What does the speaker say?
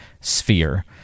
sphere